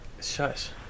Shush